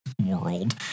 world